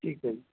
ٹھیک ہے